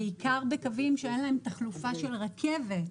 בעיקר בקווים שאין להם תחלופה של רכבת.